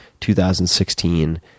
2016